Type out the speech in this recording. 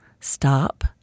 stop